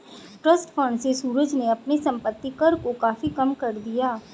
trust fund से सूरज ने अपने संपत्ति कर को काफी कम कर दिया